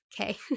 Okay